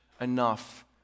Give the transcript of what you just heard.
enough